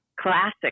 classic